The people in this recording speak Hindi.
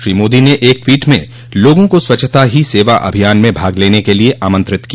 श्री मोदी ने एक ट्वीट में लोगों को स्वच्छता ही सेवा अभियान में भाग लेने के लिए आमंत्रित किया